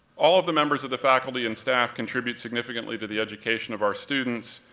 all of the members of the faculty and staff contribute significantly to the education of our students,